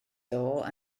ddoe